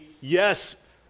yes